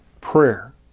prayer